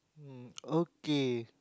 um okay